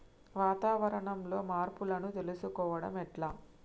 వాతావరణంలో మార్పులను తెలుసుకోవడం ఎట్ల?